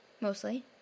Mostly